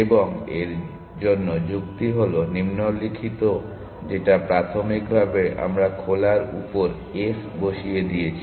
এবং এর জন্য যুক্তি হল নিম্নলিখিত যেটা প্রাথমিকভাবে আমরা খোলার উপর s বসিয়ে দিয়েছি